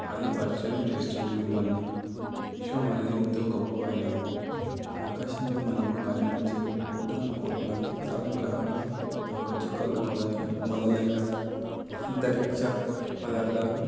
అది పరిచయం చేస్తుంది మిమ్మల్ని విశ్వం అనేది ఎంతో గొప్పదైనది ఆకాశంలో మనకు కనిపించే కోటానుకోట్ల నక్షత్రాలు గ్రహాలు తోకచుక్కలు మొదలై మొదలైన అంతరిక్ష పదార్థాలు